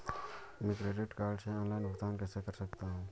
मैं debit card से online भुगतान कैसे कर सकता हूँ?